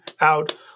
out